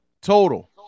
total